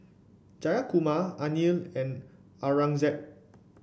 Jayakumar Anil and Aurangzeb